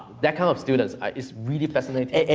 that kind of students is really fascinating.